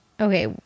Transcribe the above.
Okay